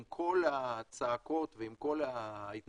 עם כל הצעקות ועם כל ההתנגדויות,